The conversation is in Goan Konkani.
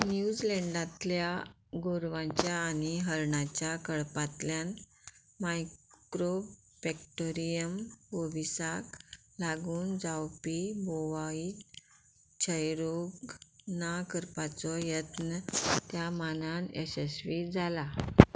न्यूजलेंडांतल्या गोरवांच्या आनी हरणाच्या कळपांतल्यान मायक्रोपॅक्टोरियम पोविसाक लागून जावपी बोवाई छयरोग ना करपाचो यत्न त्या मानान यशस्वी जाला